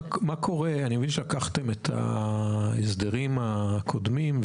אני מבין שלקחתם את ההסדרים הקודמים,